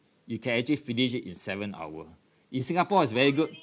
you can actually finish it seven hour in singapore is very good